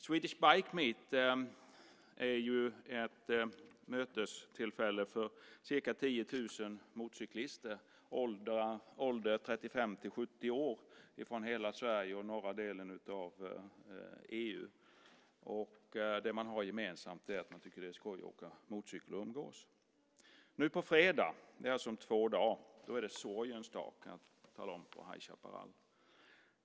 Swedish Bikemeet är ett mötestillfälle för ca 10 000 motorcyklister i åldern 35-70 år från hela Sverige och norra delen av EU. Det man har gemensamt är att man tycker att det är skoj att åka motorcykel och umgås. Nu på fredag, om två dagar, är det en sorgens dag på High Chaparral.